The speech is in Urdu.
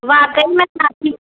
واقعی میں آپ کی